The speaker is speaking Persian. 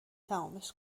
تمومش